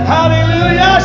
Hallelujah